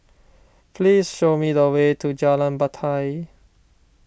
please show me the way to Jalan Batai